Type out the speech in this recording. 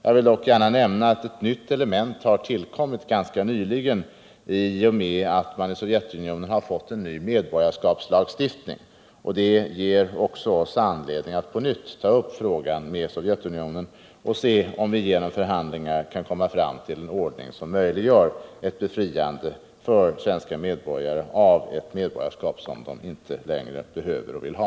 Jag vill dock gärna nämna att ett nytt element tillkommit ganska nyligen i och med att man i Sovjetunionen fått en ny medborgarskapslagstiftning. Det ger också oss anledning att på nytt ta upp frågan med Sovjetunionen och se om vi genom förhandlingar kan komma fram till en ordning som möjliggör att svenska medborgare befrias från ett medborgarskap som de inte längre behöver eller vill ha.